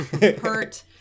hurt